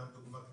לדוגמה: